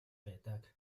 байдаг